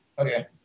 okay